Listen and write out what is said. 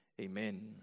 Amen